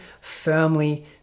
firmly